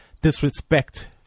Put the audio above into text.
disrespect